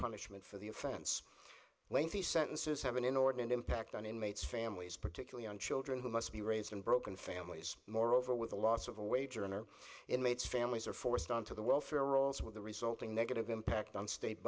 punishment for the offense when the sentences have an inordinate impact on inmates families particularly on children who must be raised in broken families moreover with the loss of a wage earner inmates families are forced onto the welfare rolls with the resulting negative impact on state